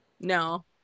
No